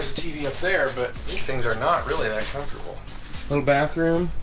tv up there, but these things are not really that comfortable little bathroom.